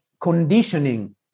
conditioning